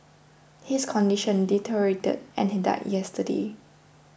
his condition deteriorated and he died yesterday